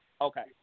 Okay